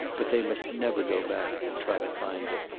but they must never go back and try to find it.